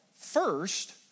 first